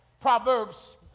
Proverbs